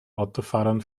autofahrern